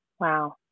Wow